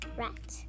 rat